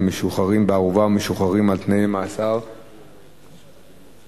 משוחררים בערובה ומשוחררים על תנאי ממאסר (הוראת שעה)